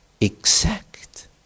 exact